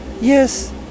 Yes